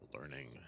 learning